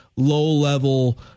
low-level